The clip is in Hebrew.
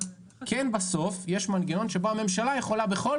כן בסוף יש מנגנון שבו הממשלה יכולה בכל